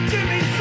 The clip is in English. Jimmy